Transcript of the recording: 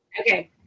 Okay